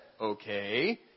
Okay